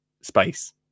space